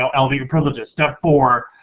so and ld your privileges, step four,